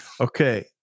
Okay